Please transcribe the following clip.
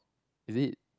is it